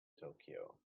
tokyo